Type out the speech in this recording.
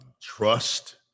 trust